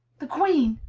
the queen!